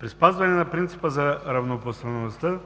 При спазване на принципа на равнопоставеността,